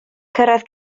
cyrraedd